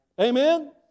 amen